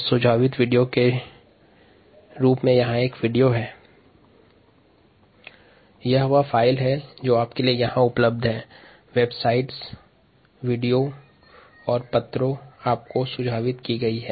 slide समय 0456 में एक लिंक उपलब्ध है जिसमें वेबसाइटो वीडियो और पेपर्स सुझावित की गई है